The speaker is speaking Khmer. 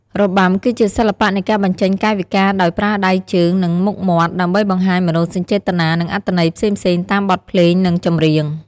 របាំ គឺជាសិល្បៈនៃការបញ្ចេញកាយវិការដោយប្រើដៃជើង និងមុខមាត់ ដើម្បីបង្ហាញមនោសញ្ចេតនា និងអត្ថន័យផ្សេងៗ តាមបទភ្លេងនិងចម្រៀង។